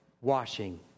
washing